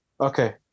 Okay